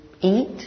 eat